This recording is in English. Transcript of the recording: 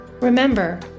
Remember